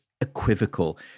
equivocal